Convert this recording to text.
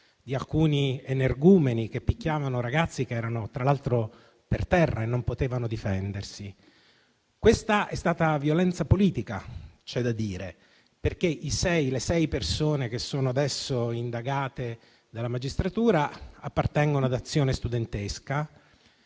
di alcuni energumeni che picchiavano ragazzi che erano tra l'altro per terra e non potevano difendersi. C'è da dire che questa è stata violenza politica, perché le sei persone che sono adesso indagate dalla magistratura appartengono ad Azione studentesca